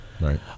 right